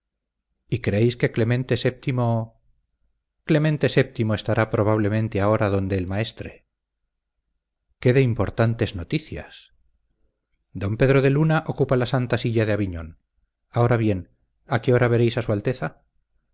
y creéis que clemente vii clemente vii estará probablemente ahora donde el maestre qué de importantes noticias don pedro de luna ocupa la santa silla de aviñón ahora bien a qué hora veréis a su alteza